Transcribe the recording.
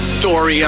story